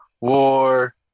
War